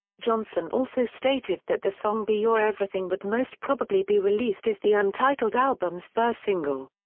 johnson also stated that the song be your everything would most probably be released as the untitled album's first single.